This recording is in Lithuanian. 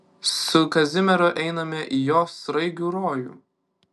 su kazimieru einame į jo sraigių rojų